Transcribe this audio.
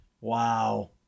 Wow